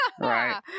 Right